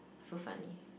so funny